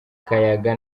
akayaga